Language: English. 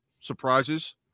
surprises